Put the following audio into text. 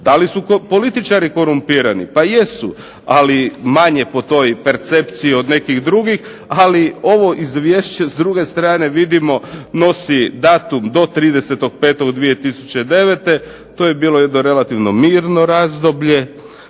Da li su političari korumpirani? Pa jesu ali manje po toj percepciji od nekih drugih ali ovo izvješće s druge strane vidimo nosi datum do 30.5.2009., to je bilo jedno relativno mirno razdoblje,